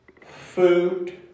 food